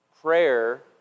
prayer